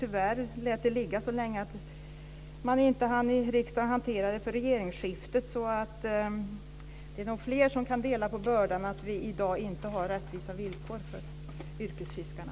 Tyvärr lät han det ligga så länge att man inte hann hantera det i riksdagen för regeringsskiftet. Det är nog fler som kan dela på bördan att vi i dag inte har rättvisa villkor för yrkesfiskarna.